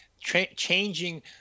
changing